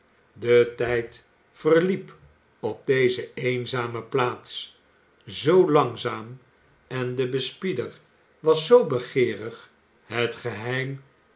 de tijd verliep op deze eenzame plaats zoo langzaam en de bespieder was zoo bejeerig het geheim